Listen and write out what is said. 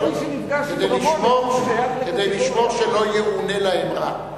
כל מי שנפגש עם רמון, כדי לשמור שלא יאונה להם רע.